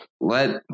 let